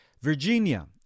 Virginia